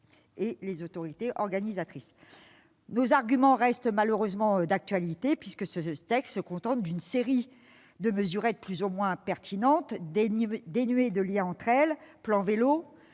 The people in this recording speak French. et des autorités organisatrices. Nos arguments restent malheureusement d'actualité, ce texte ne contenant qu'une série de mesurettes plus ou moins pertinentes, dénuées de lien entre elles : plan vélo,